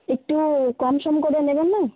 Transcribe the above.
একটু কম সম করে নেবেন নে